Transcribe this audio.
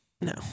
No